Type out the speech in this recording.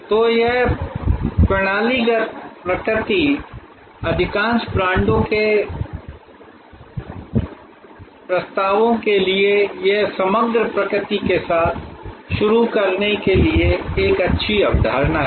तो यह प्रणालीगत प्रकृति अधिकांश ब्रांडों के अधिकांश प्रस्तावो के लिए यह समग्र प्रकृति के साथ शुरू करने के लिए एक अच्छी अवधारणा है